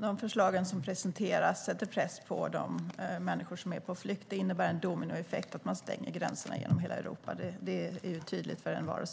Herr talman! De förslag som presenterats sätter press på de människor som är på flykt. Att man stänger gränserna genom hela Europa är en dominoeffekt. Det är tydligt för envar.